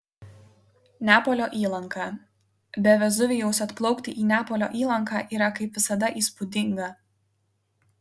neapolio įlanka be vezuvijaus atplaukti į neapolio įlanką yra kaip visada įspūdinga